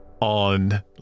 on